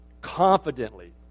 confidently